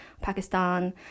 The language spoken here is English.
Pakistan